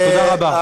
תודה רבה.